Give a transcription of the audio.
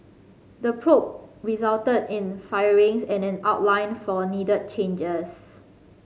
the probe resulted in firings and an outline for needed changes